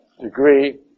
degree